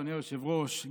אדוני היושב-ראש,